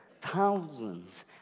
thousands